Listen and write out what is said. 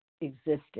existed